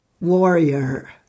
warrior